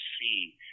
see